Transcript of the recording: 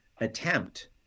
attempt